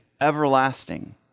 everlasting